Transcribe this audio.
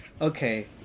okay